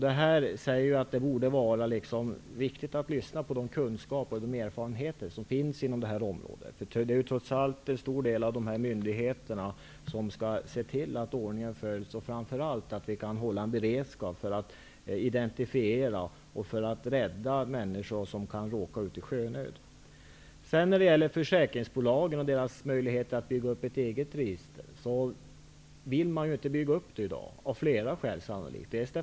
Det borde vara viktigt att lyssna till de kunskaper och erfarenheter som finns inom detta område. Det är trots allt en stor del av de här myndigheterna som skall se till att ordningen följs och framför allt att vi kan hålla en beredskap för identifiering och för att rädda människor som råkar i sjönöd. Med försäkringsbolagens möjligheter att bygga upp ett eget register förhåller det sig på det sättet att de, sannolikt av flera skäl, inte vill bygga upp något sådant i dag.